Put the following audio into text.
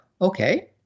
okay